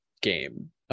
game